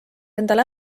endal